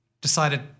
decided